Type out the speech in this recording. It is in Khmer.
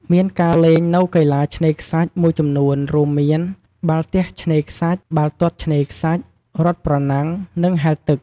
មានការលេងនៅកីឡាឆ្នេរខ្សាច់មួយចំនួនរួមមាន បាល់ទះឆ្នេរខ្សាច់ បាល់ទាត់ឆ្នេរខ្សាច់ រត់ប្រណាំង និងហែលទឹក។